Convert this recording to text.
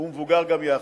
ומבוגר כאחד.